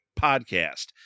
Podcast